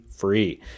free